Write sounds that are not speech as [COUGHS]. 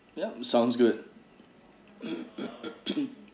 yeah sounds good [COUGHS]